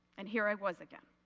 and here i was again.